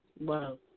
Wow